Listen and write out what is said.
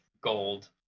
gold